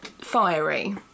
fiery